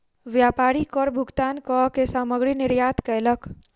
व्यापारी कर भुगतान कअ के सामग्री निर्यात कयलक